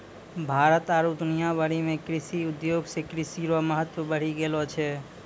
भारत आरु दुनिया भरि मे कृषि उद्योग से कृषि रो महत्व बढ़ी गेलो छै